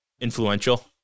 influential